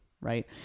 Right